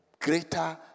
greater